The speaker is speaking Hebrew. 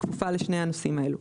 שכפופה לשני הנושאים האלה.